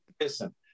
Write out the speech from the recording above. listen